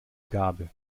gabe